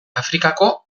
afrikako